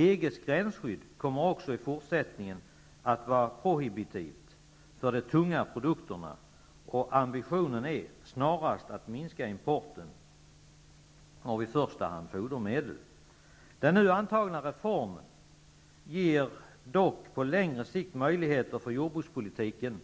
EG:s gränsskydd kommer också i fortsättningen att vara prohibitivt för de tunga produkterna, och ambitionen är snarast att minska importen av i första hand fodermedel. Den nu antagna reformen ger dock på längre sikt möjligheter för jordbrukspolitiken